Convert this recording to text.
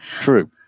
true